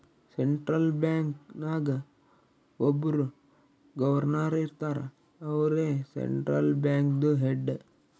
central bank ನಾಗ್ ಒಬ್ಬುರ್ governor ಇರ್ತಾರ ಅವ್ರೇ ಸೆಂಟ್ರಲ್ ಬ್ಯಾಂಕ್ದು ಹೆಡ್